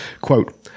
Quote